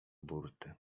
burty